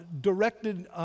directed